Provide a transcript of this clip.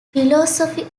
philosophy